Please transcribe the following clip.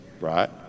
right